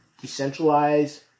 decentralized